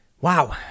Wow